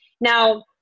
Now